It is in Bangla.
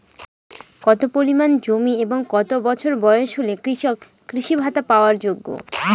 কত পরিমাণ জমি এবং কত বছর বয়স হলে কৃষক কৃষি ভাতা পাওয়ার যোগ্য?